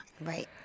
Right